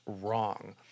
wrong